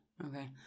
Okay